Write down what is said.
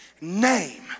name